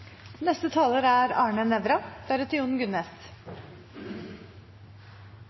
Neste taler, representanten Arne Nævra,